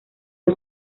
del